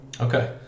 Okay